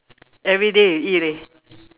everyday you eat leh